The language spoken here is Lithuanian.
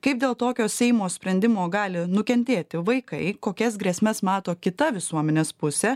kaip dėl tokio seimo sprendimo gali nukentėti vaikai kokias grėsmes mato kita visuomenės pusė